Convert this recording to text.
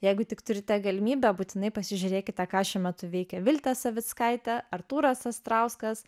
jeigu tik turite galimybę būtinai pasižiūrėkite ką šiuo metu veikia viltė savickaitė artūras astrauskas